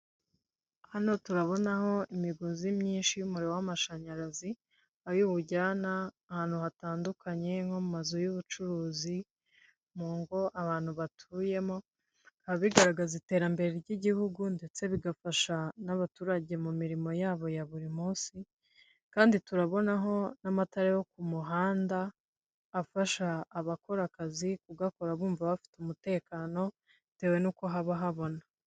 Hano turabonaho imigozi myinshi y'umuriro w'amashanyarazi aho iwujyana ahantu hatandukanye nko mu mazu y'ubucuruzi, mu ngo abantu batuyemo, bikaba bigaragaza iterambere ry'igihugu ndetse bigafasha n'abaturage mu mirimo yabo ya buri munsi kandi turabonaho n'amatara yo ku muhanda afasha abakora akazi kugakora bumva bafite umutekano bitewe n'uko haba habona.